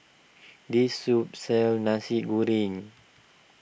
this soup sells Nasi Goreng